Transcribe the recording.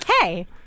hey